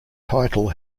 title